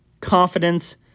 confidence